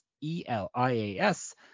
E-L-I-A-S